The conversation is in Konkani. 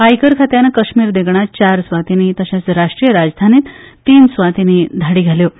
आयकर खात्यान कश्मीर देंगणांत चार सुवातांनी तशेंच राष्ट्रीय राजधानींत तीन सुवातींनी धाडी घाल्यो